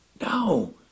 No